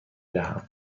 دهم